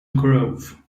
grove